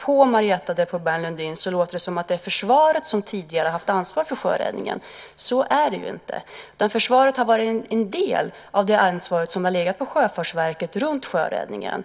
På Marietta de Pourbaix-Lundin låter det nämligen som om försvaret tidigare haft ansvaret för sjöräddningen. Så är det ju inte. Försvaret har haft en del av det ansvar som legat på Sjöfartsverket när det gäller sjöräddningen.